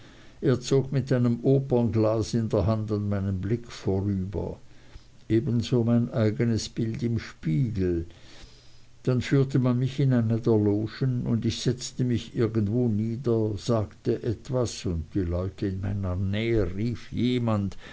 er zog mit einem opernglas in der hand an meinem blick vorüber ebenso mein eignes bild im spiegel dann führte man mich in eine der logen und ich setzte mich irgendwo nieder sagte etwas und die leute in meiner nähe riefen jemand